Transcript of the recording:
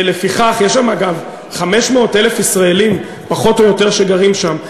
יש שם 500,000 ישראלים, פחות או יותר, שגרים שם.